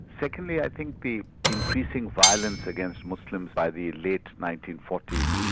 secondly, i think the increasing violence against muslims by the late nineteen forty s,